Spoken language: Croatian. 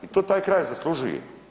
I to taj kraj zaslužuje.